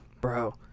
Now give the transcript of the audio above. Bro